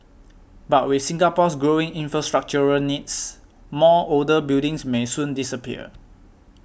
but with Singapore's growing infrastructural needs more older buildings may soon disappear